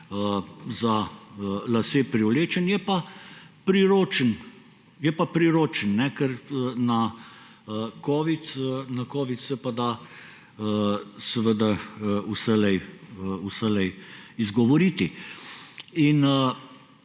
za lase privlečen. Je pa priročen, ker na covid se pa da seveda vselej izgovoriti.